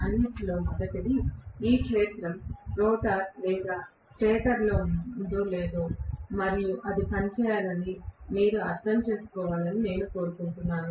అన్నింటిలో మొదటిది ఈ క్షేత్రం రోటర్ లేదా స్టేటర్లో ఉందో లేదో అది పనిచేయాలని మీరు అర్థం చేసుకోవాలని నేను కోరుకుంటున్నాను